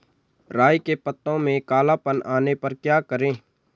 राई के पत्तों में काला पन आने पर क्या करें?